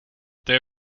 they